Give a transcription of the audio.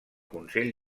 consell